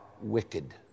wicked